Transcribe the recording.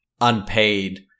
unpaid